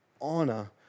honor